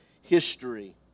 history